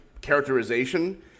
characterization